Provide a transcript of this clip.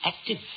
active